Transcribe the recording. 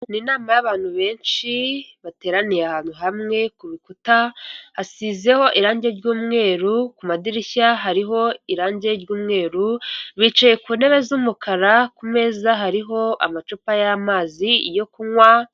Ni nama y'abantu benshi bateraniye ahantu hamwe ku rukuta asizeho irangi ry'umweru, kumadirishya hariho irangi ry'umweru bicaye ku ntebe z'umukara, kumeza hariho amacupa y'amazi yo kunywa.